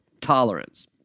tolerance